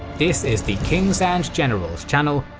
this is the kings and generals channel,